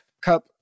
cup